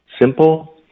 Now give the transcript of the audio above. simple